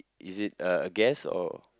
is it uh a guest or